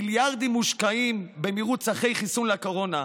מיליארדים מושקעים במרוץ אחרי חיסון לקורונה,